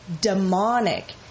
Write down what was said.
demonic